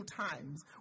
times